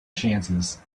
chances